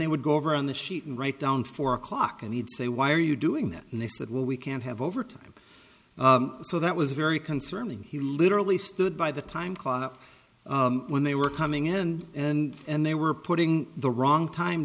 they would go over on the sheet and write down four o'clock and he'd say why are you doing that and they said well we can't have overtime so that was very concerning he literally stood by the time clock up when they were coming in and and they were putting the wrong time